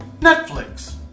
Netflix